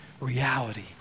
reality